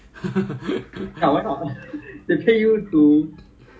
!aiya! just 早一点进去也不用经 lah is like it doesn't affect me that much